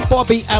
Bobby